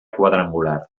quadrangular